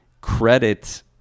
credit